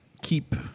keep